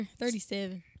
37